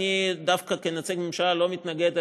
דווקא כנציג הממשלה אני לא מתנגד,